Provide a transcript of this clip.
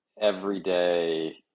everyday